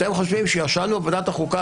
אתם חושבים שישבנו בוועדת החוקה,